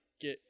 get